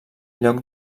lloc